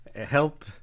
help